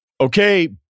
Okay